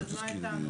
לא, אז מה אתנו?